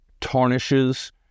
tarnishes